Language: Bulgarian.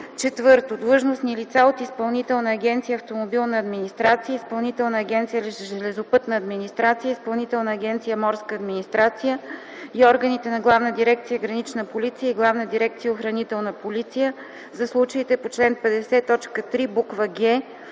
4. длъжностни лица от Изпълнителна агенция „Автомобилна администрация”, Изпълнителна агенция „Железопътна администрация”, Изпълнителна агенция „Морска администрация” и органите на Главна дирекция „Гранична полиция” и Главна дирекция „Охранителна полиция” – за случаите по чл. 50, точка 3,